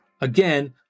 Again